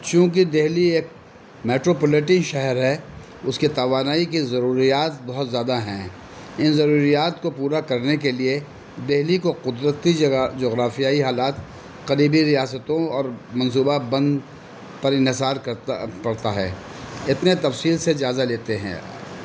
چونکہ دہلی ایک میٹروپولیٹین شہر ہے اس کی توانائی کی ضروریات بہت زیادہ ہیں ان ضروریات کو پورا کرنے کے لیے دہلی کو قدرتی جغ جغرافیائی حالات قریبی ریاستوں اور منصوبہ بند پر انحصار کرتا پڑتا ہے اتنے تفصیل سے جائزہ لیتے ہیں